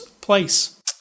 Place